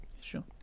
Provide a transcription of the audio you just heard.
Sure